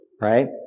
right